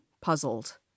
puzzled